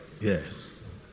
yes